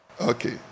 Okay